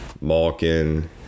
Malkin